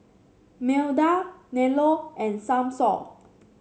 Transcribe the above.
Milda Nello and Samson